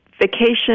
vacation